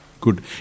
Good